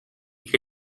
que